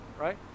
right